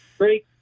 Great